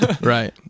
Right